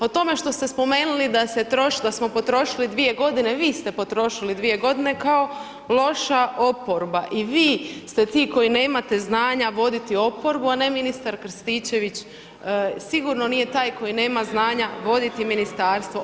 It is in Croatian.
O tome što ste spomenuli da smo potrošili 2 g., vi s te potrošili 2 g. kao loša oporba i vi ste ti koji nemate znanja voditi oporbu a ne ministar Krstičević, sigurno nije taj koji nema znanja voditi ministarstvo.